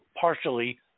partially